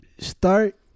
Start